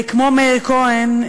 כמו מאיר כהן,